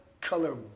color